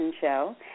Show